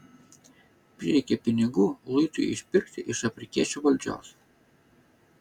prireikė pinigų luitui išpirkti iš afrikiečių valdžios